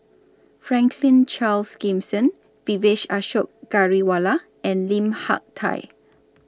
Franklin Charles Gimson Vijesh Ashok Ghariwala and Lim Hak Tai